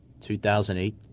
2008